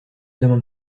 demande